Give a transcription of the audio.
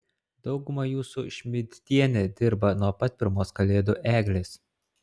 dauguma jų su šmidtiene dirba nuo pat pirmos kalėdų eglės